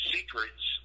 Secrets